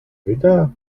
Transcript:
wieder